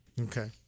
Okay